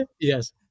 Yes